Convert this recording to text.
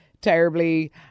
terribly